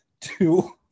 two